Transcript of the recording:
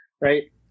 right